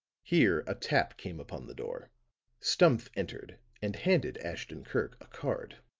here a tap came upon the door stumph entered and handed ashton-kirk a card.